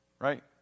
Right